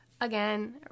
again